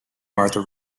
martha